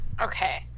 Okay